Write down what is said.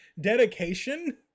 Dedication